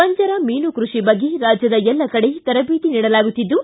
ಪಂಜರ ಮೀನು ಕೃಷಿ ಬಗ್ಗೆ ರಾಜ್ಯದ ಎಲ್ಲ ಕಡೆ ತರಬೇತಿ ನೀಡಲಾಗುತ್ತಿದ್ದು